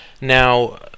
Now